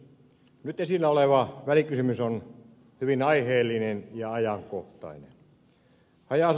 nyt esillä oleva välikysymys on hyvin aiheellinen ja ajankohtainen